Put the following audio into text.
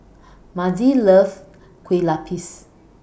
Mazie loves Kue Lupis